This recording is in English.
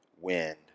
wind